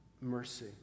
mercy